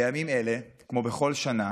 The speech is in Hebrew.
בימים אלה, כמו בכל שנה,